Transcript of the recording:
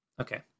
okay